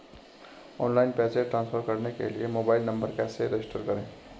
Online पैसे transfer करने के लिए मोबाइल नंबर कैसे रजिस्टर करें?